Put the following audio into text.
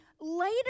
later